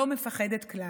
לא מפחדת כלל.